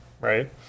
right